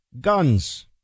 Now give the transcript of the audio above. guns